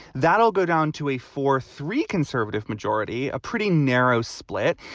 that will go down to a four three conservative majority, a pretty narrow split.